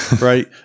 right